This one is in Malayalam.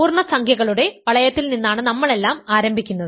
പൂർണ്ണസംഖ്യകളുടെ വളയത്തിൽ നിന്നാണ് നമ്മളെല്ലാം ആരംഭിക്കുന്നത്